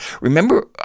Remember